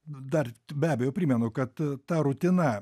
dar be abejo primenu kad ta rutina